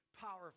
powerful